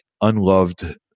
unloved